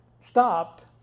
stopped